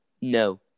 No